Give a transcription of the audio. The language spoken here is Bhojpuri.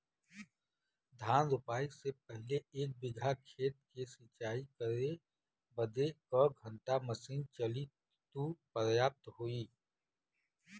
धान रोपाई से पहिले एक बिघा खेत के सिंचाई करे बदे क घंटा मशीन चली तू पर्याप्त होई?